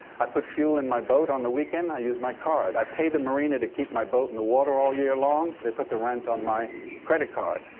i put fuel in my boat on the weekend, i use my card. i pay the marina to keep my boat in the water all year long, they put the rent on my credit card.